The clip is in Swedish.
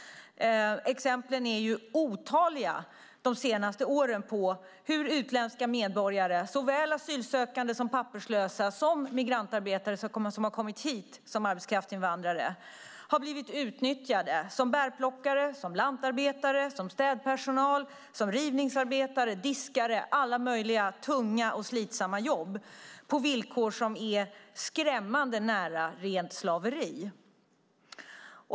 Exemplen är otaliga de senaste åren på hur utländska medborgare, såväl asylsökande som papperslösa, liksom migrantarbetare som kommit hit som arbetskraftsinvandrare, blivit utnyttjade som bärplockare, lantarbetare, städpersonal, rivningsarbetare, diskare, i alla möjliga tunga och slitsamma jobb och på villkor som är skrämmande nära rent slaveri.